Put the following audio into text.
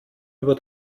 über